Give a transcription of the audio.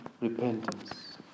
repentance